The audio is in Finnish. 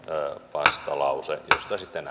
vastalause josta sitten